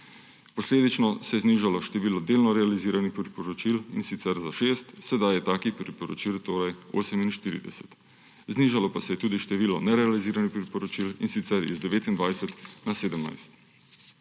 Posledično se je znižalo število delno realiziranih priporočil, in sicer za šest, sedaj je takih priporočil torej 48. Znižalo pa se je tudi število nerealiziranih priporočil, in sicer z 29 na 17. Zavedamo se,